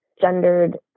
gendered